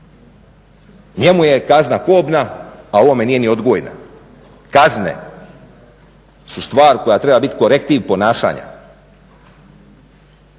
Njemu je kazna kobna a ovome nije ni odbojna. Kazne su stvar koja treba biti korektiv ponašanja,